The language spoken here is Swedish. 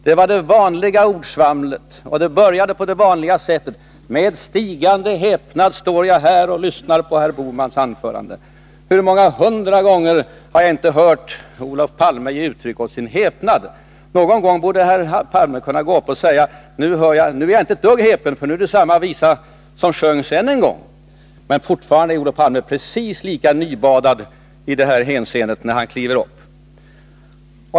Det var bara det vanliga ordsvamlet, och det började på det vanliga sättet: Med "stigande häpnad står jag här och lyssnar på herr Bohmans anförande. Hur många hundra gånger har jag inte hört Olof Palme ge uttryck åt sin häpnad! Någon gång borde Olof Palme kunna gå upp och säga: Nu är jag inte ett dugg häpen, för nu är det samma visa som sjungs än en gång. Men fortfarande är Olof Palme precis lika nybadad i det hänseendet när han kliver upp.